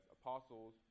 apostles